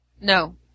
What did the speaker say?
No